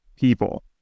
people